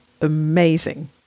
amazing